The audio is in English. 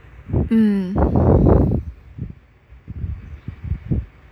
um